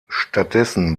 stattdessen